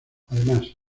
además